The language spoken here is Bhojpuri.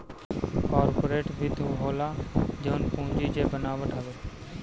कार्पोरेट वित्त उ होला जवन पूंजी जे बनावत हवे